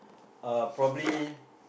uh probably